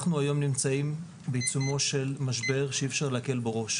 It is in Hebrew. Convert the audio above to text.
אנחנו היום נמצאים בעיצומו של משבר שאי אפשר להקל בו ראש.